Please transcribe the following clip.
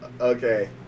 Okay